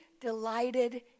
delighted